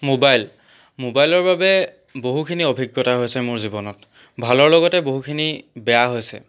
mobile মোবাইলৰ বাবে বহুখিনি অভিজ্ঞতা হৈছে মোৰ জীৱনত ভালৰ লগতে বহুখিনি বেয়া হৈছে